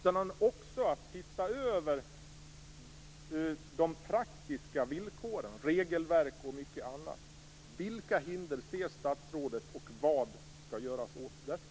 Vi måste också se över de praktiska villkoren, regelverk och mycket annat. Vilka hinder ser statsrådet, och vad skall i så fall göras åt det?